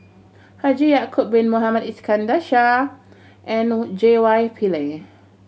Haji Ya'acob Bin Mohamed Iskandar Shah and J Y Pillay